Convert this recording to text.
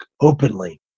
openly